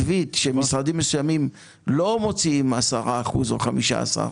שמשרדים מסוימים לא מוציאים 10% או 15%,